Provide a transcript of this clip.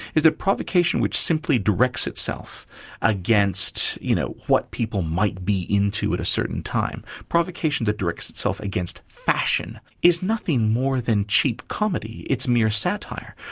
is that provocation which simply directs itself against you know what people might be into at a certain time, provocation that directs itself against fashion is nothing more than cheap comedy. it's mere satire.